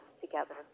together